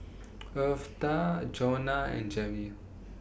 Eartha Jonna and Jerrie